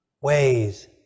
ways